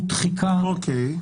תחיקה,